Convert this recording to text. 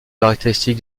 caractéristiques